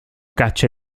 caccia